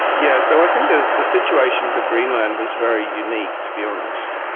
yes, so i think the the situation for greenland was very unique, to be honest.